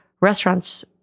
restaurants